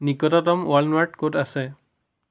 নিকটতম ৱালমাৰ্ট ক'ত আছে